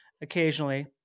occasionally